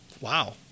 Wow